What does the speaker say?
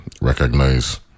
recognize